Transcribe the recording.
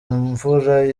imvura